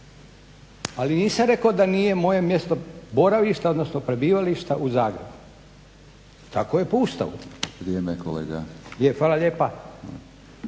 Ali nisam rekao da nije moje mjesto boravišta, odnosno prebivališta u Zagrebu. Tako je po Ustavu. …/Upadica